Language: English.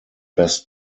best